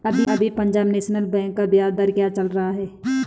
अभी Punjab National Bank का ब्याज दर क्या चल रहा है?